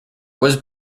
was